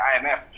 IMF